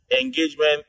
engagement